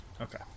Okay